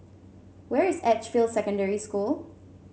where is Edgefield Secondary School